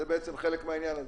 זה בעצם חלק מהעניין הזה.